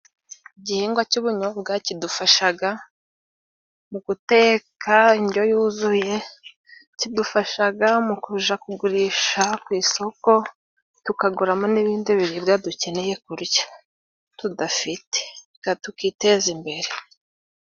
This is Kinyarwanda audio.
Igihingwa cy'ubunyobwa kidufashaga mu guteka indyo yuzuye. kidufashaga mukuja kugurisha ku isoko ,tukaguramo n'ibindi biribwa dukeneye kurya tudafite tukiteza imbere.